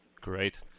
Great